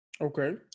okay